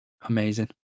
Amazing